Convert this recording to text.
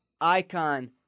icon